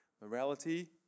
Morality